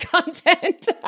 content